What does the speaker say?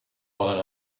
one